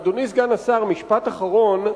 אדוני סגן השר, משפט אחרון.